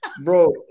bro